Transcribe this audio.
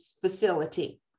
facility